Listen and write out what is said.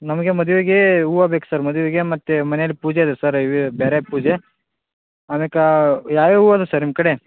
ನಮಗೆ ಮದುವೆಗೇ ಹೂವ ಬೇಕು ಸರ್ ಮದುವೆಗೆ ಮತ್ತೆ ಮನೇಲಿ ಪೂಜೆ ಇದೆ ಸರ್ ಇವೇ ಬೇರೆ ಪೂಜೆ ಅದಕ್ಕೆ ಯಾವ ಯಾವ ಹೂ ಅದ ಸರ್ ನಿಮ್ಮ ಕಡೆ